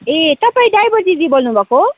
ए तपाईँ ड्राइभर दिदी बोल्नु भएको हो